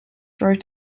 drove